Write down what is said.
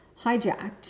hijacked